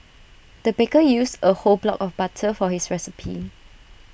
the baker used A whole block of butter for this recipe